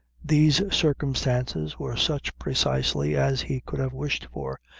these circumstances were such precisely as he could have wished for,